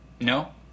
No